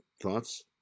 thoughts